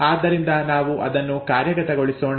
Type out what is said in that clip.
ಆದ್ದರಿಂದ ನಾವು ಅದನ್ನು ಕಾರ್ಯಗತಗೊಳಿಸೋಣ